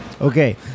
okay